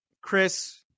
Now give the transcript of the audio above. Chris